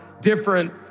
different